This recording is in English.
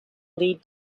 lead